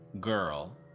girl